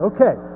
Okay